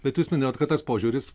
bet jūs minėjot kad tas požiūris